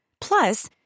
Plus